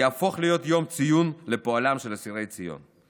יהפוך להיות יום ציון לפועלם של אסירי ציון.